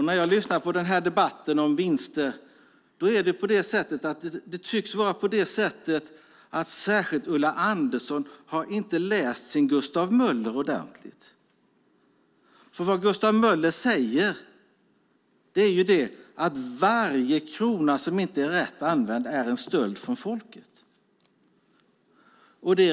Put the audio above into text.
När jag lyssnar på denna debatt om vinster tycks det vara på det sättet att särskilt Ulla Andersson inte har läst sin Gustav Möller ordentligt. Gustav Möller sade att varje krona som inte är rätt använd är en stöld från folket.